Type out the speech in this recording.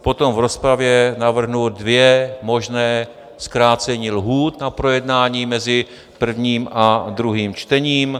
Potom v rozpravě navrhnu dvě možná zkrácení lhůt na projednání mezi prvním a druhým čtením.